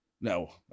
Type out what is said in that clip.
No